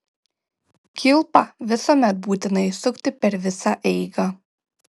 kilpą visuomet būtina įsukti per visą eigą